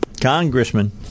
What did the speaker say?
Congressman